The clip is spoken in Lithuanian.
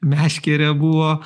meškerė buvo